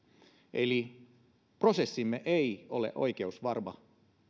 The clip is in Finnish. eli prosessimme ei ole oikeusvarma